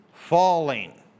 falling